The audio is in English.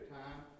time